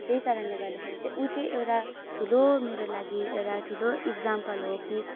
त्यही कारणले गर्दाखेरि चाहिँ ऊ चाहिँ एउटा ठुलो मेरो लागि एउटा ठुलो इक्जाम्पल हो कि